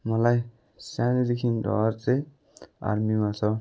मलाई सानैदेखि रहर चाहिँ आर्मीमा छ